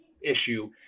issue